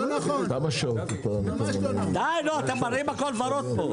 אתם מראים הכול ורוד פה.